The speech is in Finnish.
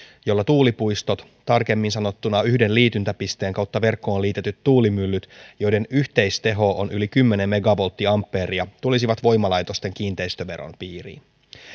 jolla tuulipuistot tarkemmin sanottuna yhden liityntäpisteen kautta verkkoon liitetyt tuulimyllyt joiden yhteisteho on yli kymmenen megavolttiampeeria tulisivat voimalaitosten kiinteistöveron piiriin